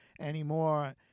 anymore